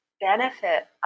benefit